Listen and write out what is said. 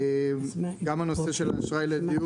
גם הנושא של האשראי לדיור